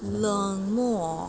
冷漠